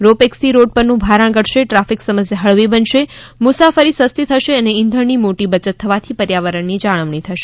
row પેક્સથી road પરનું ભારણ ઘટશે ટ્રાફિક સમસ્યા હળવી બનશે મુસાફરી સસ્તી થશે અને ઇંધણની મોટી બચત થવાથી પર્યાવરણની જાળવણી થશે